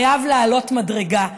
חייב לעלות מדרגה.